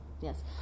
Yes